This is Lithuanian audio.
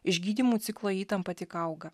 išgydymų ciklo įtampa tik auga